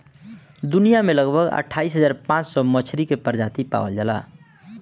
दुनिया में लगभग अट्ठाईस हज़ार पाँच सौ मछरी के प्रजाति पावल जाला